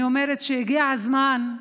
אני אומרת שהגיע הזמן,